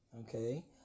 Okay